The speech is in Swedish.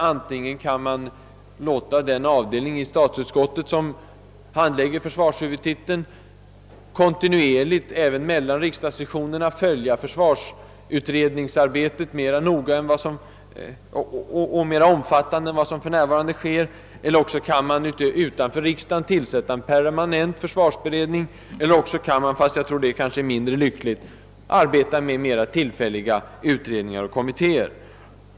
Antingen kan man låta den avdelning i statsutskottet, som handlägger försvarshuvudtiteln, kontinuerligt även mellan riksdagssessionerna följa försvarsutredningsarbetet mera noga och i större omfattning än för närvarande, eller också kan man utanför riksdagen tillsätta en permanent försvarsberedning. Slutligen kan man — fast jag tror att det är mindre lyckligt — arbeta med mera tillfälliga utredningar och kommittéer.